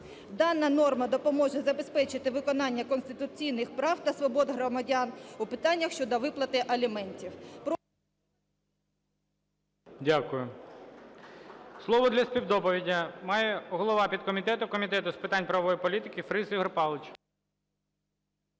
Дана норма допоможе забезпечити виконання конституційних прав та свобод громадян у питаннях щодо виплати аліментів.